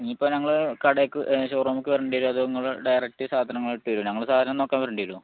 ഇനി ഇപ്പോൾ ഞങ്ങൾ കടയിലേക്ക് ഷോറൂമിലേക്ക് വരേണ്ടി വരുമോ അതോ നിങ്ങൾ ഡയറക്റ്റ് സാധനങ്ങള് എടുത്ത് തരുമോ ഞങ്ങൾ സാധനം നോക്കാൻ വരേണ്ടി വരുമോ